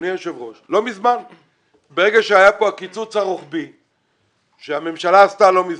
ברגע שהיה כאן הקיצוץ הרוחבי הממשלה עשתה לא מזמן,